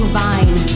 vine